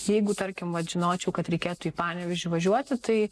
jeigu tarkim vat žinočiau kad reikėtų į panevėžį važiuoti tai